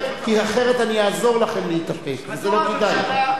כי אחרת אני אעזור לכם להתאפק וזה לא כדאי.